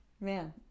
Man